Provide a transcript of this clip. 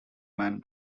man